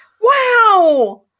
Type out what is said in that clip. Wow